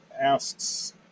asks